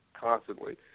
constantly